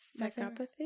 Psychopathy